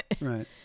Right